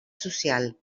social